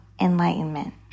enlightenment